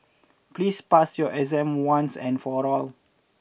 please pass your exam once and for all